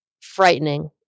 frightening